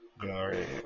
glory